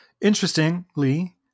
Interestingly